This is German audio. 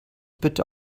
bitte